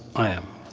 i am,